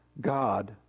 God